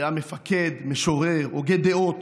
היה מפקד, משורר, הוגה דעות,